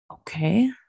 okay